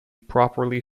properly